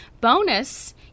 Bonus